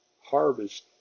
harvest